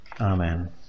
Amen